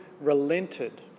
relented